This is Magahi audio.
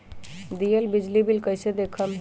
दियल बिजली बिल कइसे देखम हम?